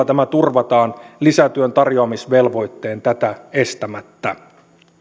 tämä turvataan lisätyön tarjoamisvelvoitteen tätä estämättä